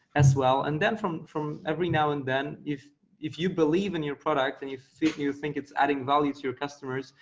as well. and then from from every now and then if if you believe in your product, and you think you think it's adding value to your customers,